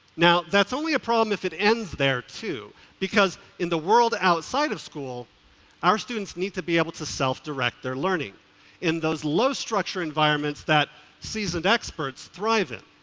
that's only a problem if it ends there too, because in the world outside of school our students need to be able to self-direct their learning in those low structured environments that seasoned experts thrive in.